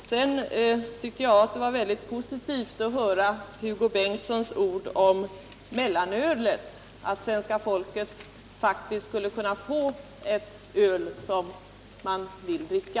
Sedan tyckte jag det var mycket positivt att höra Hugo Bengtssons ord om mellanölet och att svenska folket faktiskt skulle kunna få ett öl som man vill dricka.